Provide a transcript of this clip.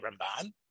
Ramban